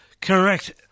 Correct